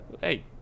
Hey